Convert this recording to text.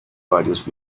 varios